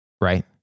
right